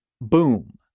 Boom